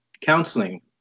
counseling